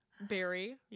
berry